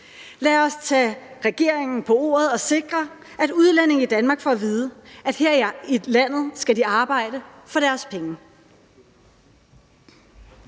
Lad os tage regeringen på ordet og sikre, at udlændinge i Danmark får at vide, at her i landet skal de arbejde for deres penge.